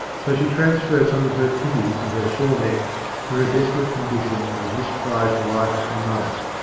so she transferred some of her pity from her sore neck to her desolate condition as misprized wife and mother,